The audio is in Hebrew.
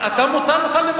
אני רק מתאר לך.